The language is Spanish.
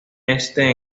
este